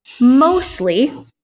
mostly